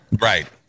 Right